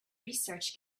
research